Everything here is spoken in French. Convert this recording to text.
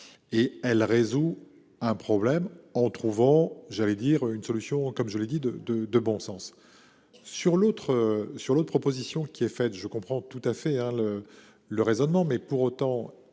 et elle résout un problème en trouvant j'allais dire une solution comme je l'ai dit de, de, de bon sens. Sur l'autre sur l'autre proposition qui est faite, je comprends tout à fait le. Le raisonnement mais pour autant,